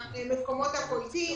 והמקומות הקולטים.